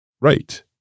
Right